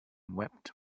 wept